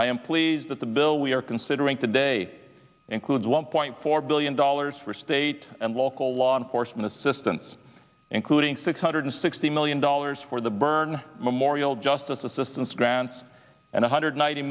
i am pleased that the bill we are considering today includes one point four billion dollars for state and local law enforcement assistance including six hundred sixty million dollars for the burn memorial justice assistance grants and one hundred ninety